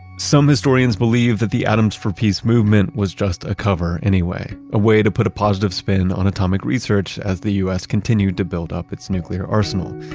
some historians believe that the atoms for peace movement was just a cover anyway. a way to put a positive spin on atomic research as the u s. continued to build up its nuclear arsenal.